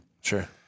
sure